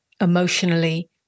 Emotionally